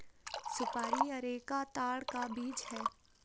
सुपारी अरेका ताड़ का बीज है